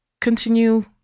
continue